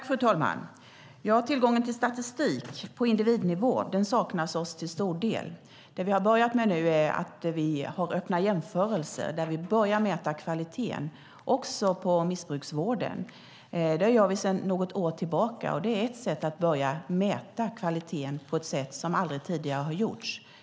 Fru talman! Tillgången till statistik på individnivå saknas till stor del. Det vi har börjat med nu är öppna jämförelser, där vi mäter kvaliteten också på missbrukarvården. Det gör vi sedan något år tillbaka, och det är ett sätt att mäta kvaliteten som aldrig tidigare har använts.